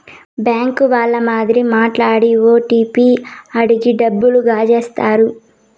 bank వాళ్ళ మాదిరి మాట్లాడి ఓటీపీ అడిగి డబ్బులు కాజేత్తన్నారు